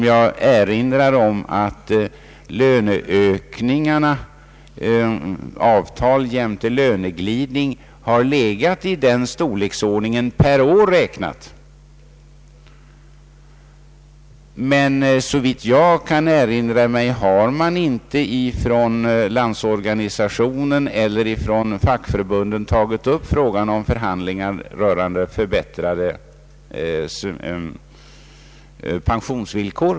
Jag erinrar om att löneökningarna — avtal jämte löneglidning — har varit av den storleksordningen per år räknat. Men såvitt jag kan erinra mig har man inte vare sig från Landsorganisationen eller från fackförbunden tagit upp frågan om förhandlingar rörande förbättrade pensionsvillkor.